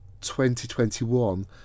2021